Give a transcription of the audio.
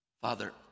Father